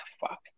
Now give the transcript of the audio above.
fuck